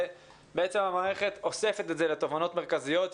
והמערכת אוספת את זה לתובנות מרכזיות,